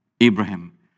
Abraham